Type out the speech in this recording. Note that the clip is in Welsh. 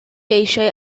eisiau